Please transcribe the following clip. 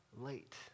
late